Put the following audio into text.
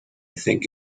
think